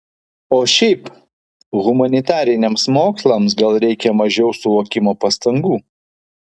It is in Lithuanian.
o šiaip humanitariniams mokslams gal reikia mažiau suvokimo pastangų